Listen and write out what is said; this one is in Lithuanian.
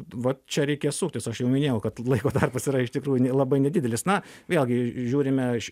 va čia reikės suktis aš jau minėjau kad laiko tarpas yra iš tikrųjų labai nedidelis na vėlgi žiūrime iš